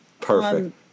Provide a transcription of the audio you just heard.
Perfect